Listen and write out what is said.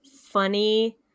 funny